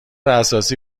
اساسی